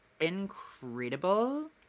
incredible